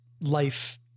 life